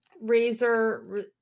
Razor